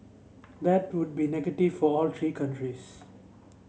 that would be negative for all three countries